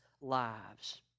lives